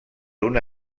una